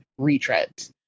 retreads